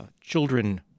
children